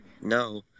No